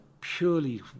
purely